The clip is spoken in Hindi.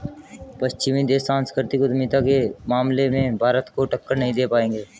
पश्चिमी देश सांस्कृतिक उद्यमिता के मामले में भारत को टक्कर नहीं दे पाएंगे